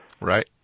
Right